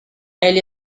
elle